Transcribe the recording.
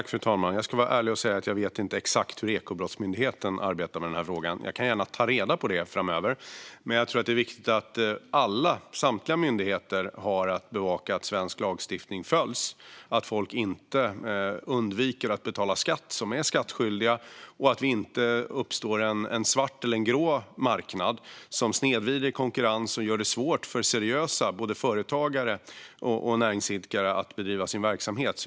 Fru talman! Jag ska vara ärlig och säga att jag inte vet exakt hur Ekobrottsmyndigheten arbetar med den här frågan; jag tar gärna reda på det framöver. Jag tror dock att det är viktigt att samtliga myndigheter har att bevaka att svensk lagstiftning följs, att folk som är skattskyldiga inte undviker att betala skatt och att det inte uppstår en svart eller en grå marknad som snedvrider konkurrensen och gör det svårt för seriösa företagare och näringsidkare att bedriva sin verksamhet.